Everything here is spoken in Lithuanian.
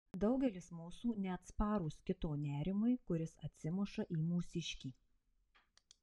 daugelis mūsų neatsparūs kito nerimui kuris atsimuša į mūsiškį